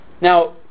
Now